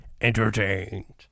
entertained